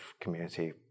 community